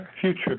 future